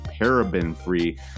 paraben-free